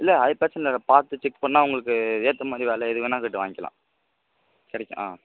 இல்லை அது பிரச்சின இ பார்த்து செக் பண்ணால் உங்களுக்கு ஏற்ற மாதிரி வேலை எது வேணால் கட்டு வாங்கிக்கலாம் கிடைக்கும் ஆ